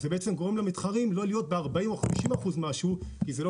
זה גורם למתחרים לא להיות ב-40% או 50% כי זה לא